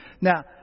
Now